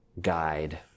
guide